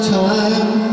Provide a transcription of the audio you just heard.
time